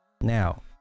Now